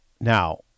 now